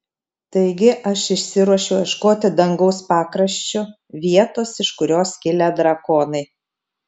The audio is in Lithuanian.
taigi aš išsiruošiau ieškoti dangaus pakraščio vietos iš kurios kilę drakonai